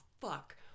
fuck